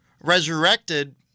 resurrected